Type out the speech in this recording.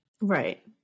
Right